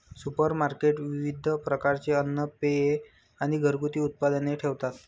supermarket विविध प्रकारचे अन्न, पेये आणि घरगुती उत्पादने ठेवतात